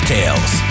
Tales